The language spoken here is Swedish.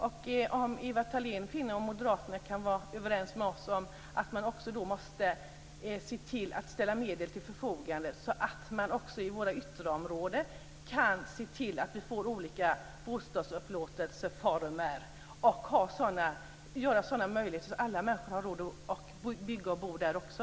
Om Ewa Thalén Finné och moderaterna kan vara överens med oss om att man då också måste se till att ställa medel till förfogande så kan man också i våra ytterområden se till att man får olika bostadsupplåtelseformer och skapa sådana möjligheter att alla människor har råd att bygga och bo där också.